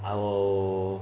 I will